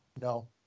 No